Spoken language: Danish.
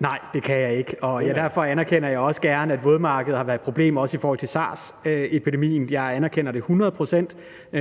Nej, det kan jeg ikke, og derfor anerkender jeg også gerne, at vådmarkeder har været et problem, også i forhold til sars-epidemien. Jeg anerkender det 100 pct.,